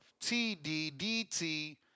TDDT